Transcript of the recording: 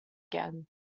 again